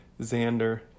Xander